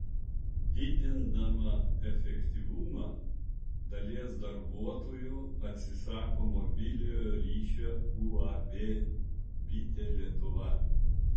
didindama efektyvumą dalies darbuotojų atsisako mobiliojo ryšio uab bitė lietuva